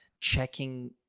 checking